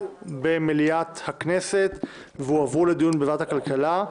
במליאת הכנסת והועברו לדיון בוועדת הכלכלה.